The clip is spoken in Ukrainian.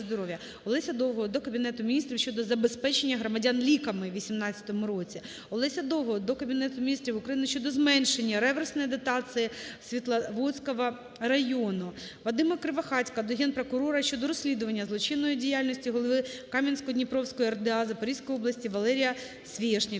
Олеся Довгого до Кабінету Міністрів щодо забезпечення громадян ліками у 2018 році. Олеся Довгого до Кабінету Міністрів України щодо зменшення реверсної дотації Світловодського району. Вадима Кривохатька до Генпрокурора України щодо розслідування злочинної діяльності голови Кам'янсько-Дніпровської РДА Запорізької області Валерія Свєшнікова.